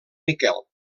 miquel